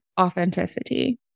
authenticity